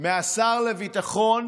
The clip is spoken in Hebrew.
לביטחון